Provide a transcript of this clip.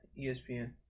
ESPN